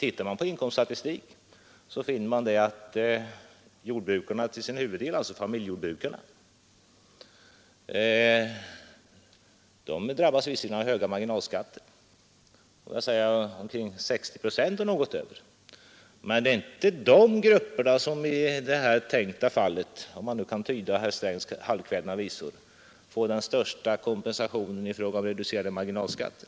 Tittar man på inkomststatistiken finner man att jordbrukarna till sin huvuddel, dvs. familjejordbrukarna, visserligen drabbas av höga marginalskatter — omkring 60 procent eller något däröver — men att det inte är den gruppen i det tänkta fallet, om man skall tyda herr Strängs halvkvädna visor, som får den största reduceringen av marginalskatterna.